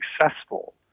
successful